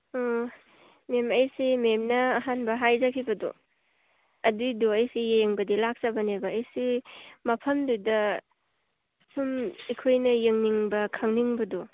ꯎꯝ ꯃꯦꯝ ꯑꯩꯁꯦ ꯃꯦꯝꯅ ꯑꯍꯥꯟꯕ ꯍꯥꯏꯖꯈꯤꯕꯗꯣ ꯑꯗꯨꯏꯗꯨ ꯑꯩꯁꯤ ꯌꯦꯡꯕꯗꯤ ꯂꯥꯛꯆꯕꯅꯦꯕ ꯑꯩꯁꯦ ꯃꯐꯝꯗꯨꯗ ꯁꯨꯝ ꯑꯩꯈꯣꯏꯅ ꯌꯦꯡꯅꯤꯡꯕ ꯈꯪꯅꯤꯡꯕꯗꯣ